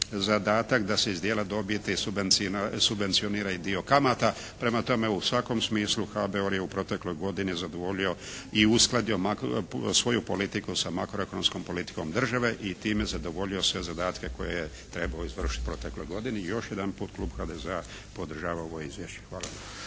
zadatak da se iz dijela dobije, subvencionira i dio kamata. Prema tome u svakom smislu HBOR je u protekloj godini zadovoljio i uskladio svoju politiku sa makroekonomskom politikom države i time zadovoljio sve zadatke koje je trebalo izvršiti u protekloj godini. Još jedanput klub HDZ-a podržava ovo izvješće. Hvala